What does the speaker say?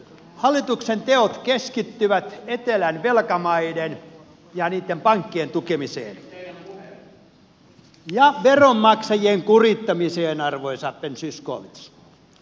hallituksen teot keskittyvät etelän velkamaiden ja niitten pankkien tukemiseen ja veronmaksajien kurittamiseen arvoisa ben zyskowicz